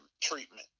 treatment